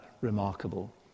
remarkable